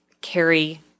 carry